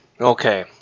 Okay